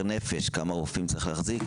כמה רופאים צריך להחזיק?